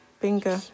bingo